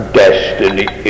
destiny